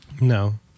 No